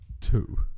Two